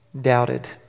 doubted